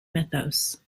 mythos